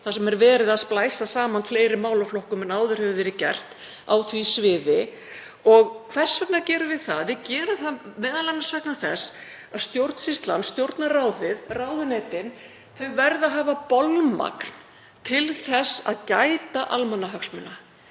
þar sem verið er að splæsa saman fleiri málaflokkum en áður hefur verið gert á því sviði. Hvers vegna gerum við það? Við gerum það m.a. vegna þess að stjórnsýslan, Stjórnarráðið, ráðuneytin, verða að hafa bolmagn til þess að gæta almannahagsmuna.